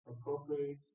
appropriate